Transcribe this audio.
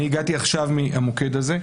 הגעתי עכשיו מהמוקד הזה.